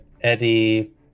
Eddie